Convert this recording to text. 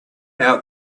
out